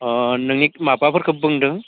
हा अ नोंनि माबाफोरखौ बुंदों